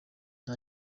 nta